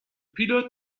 pilote